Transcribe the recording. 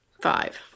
Five